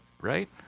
right